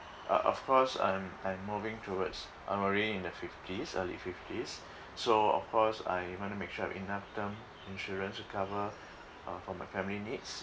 uh of course I'm I'm moving towards I'm already in the fifties early fifties so of course I want to make sure I have enough term insurance to cover uh for my family needs